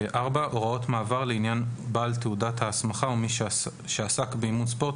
(4)הוראות מעבר לעניין בעל תעודת הסמכה או מי שעסק באימון ספורט,